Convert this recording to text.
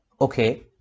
okay